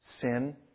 sin